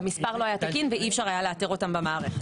המספר לא היה תקין ואי אפשר היה לאתר אותם במערכת.